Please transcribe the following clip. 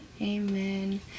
Amen